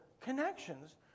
connections